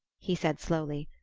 he said slowly.